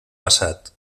passat